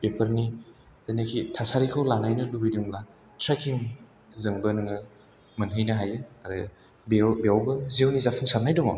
बेफोरनि जेनाखि थासारिखौ लानायनो लुबैदोंब्ला ट्रेकिंजोंबो नोङो मोनहैनो हायो आरो बेयाव बेयावबो जिउनि जाफुंसारनाय दङ